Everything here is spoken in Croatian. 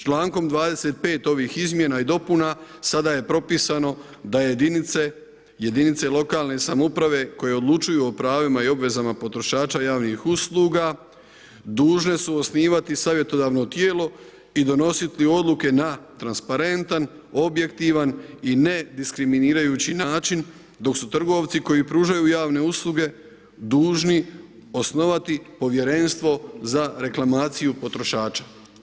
Člankom 25. ovih izmjena i dopuna sada je propisano da jedinice lokalne samouprave koje odlučuju o pravima i obvezama potrošača javnih usluga dužne su osnivati savjetodavno tijelo i donositi odluke na transparentan, objektivan i ne diskriminirajući način, dok su trgovci koji pružaju javne usluge dužni osnovati povjerenstvo za reklamaciju potrošača.